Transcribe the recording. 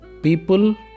people